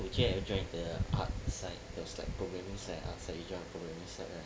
you came and you join the arts side was like programming side and arts side you joined programming side right